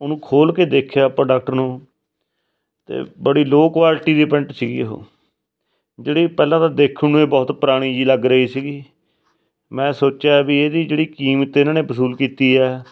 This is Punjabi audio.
ਉਹਨੂੰ ਖੋਲ੍ਹ ਕੇ ਦੇਖਿਆ ਪ੍ਰੋਡਕਟ ਨੂੰ ਤਾਂ ਬੜੀ ਲੋਅ ਕੁਆਲਿਟੀ ਦੀ ਪੈਂਟ ਸੀਗੀ ਉਹ ਜਿਹੜੀ ਪਹਿਲਾਂ ਤਾਂ ਦੇਖਣ ਨੂੰ ਏ ਬਹੁਤ ਪੁਰਾਣੀ ਜਿਹੀ ਲੱਗ ਰਹੀ ਸੀਗੀ ਮੈਂ ਸੋਚਿਆ ਵੀ ਇਹਦੀ ਜਿਹੜੀ ਕੀਮਤ ਇਹਨਾਂ ਨੇ ਵਸੂਲ ਕੀਤੀ ਹੈ